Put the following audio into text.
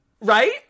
Right